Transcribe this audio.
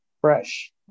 fresh